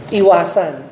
iwasan